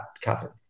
Catherine